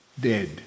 Dead